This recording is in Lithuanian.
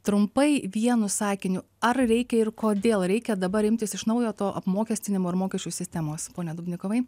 trumpai vienu sakiniu ar reikia ir kodėl reikia dabar imtis iš naujo to apmokestinimo ir mokesčių sistemos pone dubnikovai